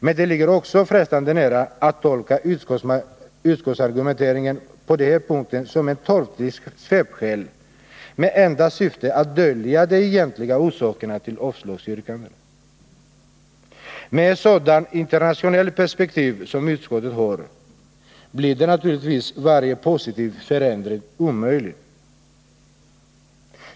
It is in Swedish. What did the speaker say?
Men det ligger också frestande nära att tolka utskottsargumenteringen på denna punkt som ett torftigt svepskäl med enda syfte att dölja de egentliga orsakerna till avslagsyrkandena. Med ett sådant internationellt perspektiv blir naturligtvis varje positiv förändring omöjlig.